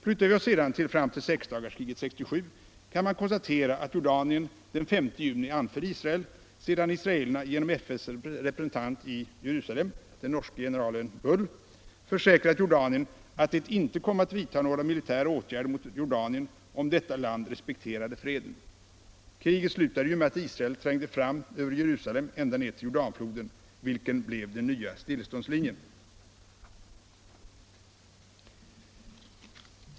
Flyttar vi oss sedan fram till sexdagarskriget 1967 kan man konstatera att Jordanien den 5 juni anföll Israel sedan israelerna genom FN:s representant i Jerusalem, den norske generalen Bull, försäkrat Jordanien att de inte kommer att vidta några militära åtgärder mot Jordanien om detta land respekterade freden. Kriget slutade ju med att Israel trängde fram över Jerusalem ända ned till Jordanfloden, vilken blev den nya stilleståndslinjen.